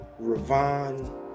Ravon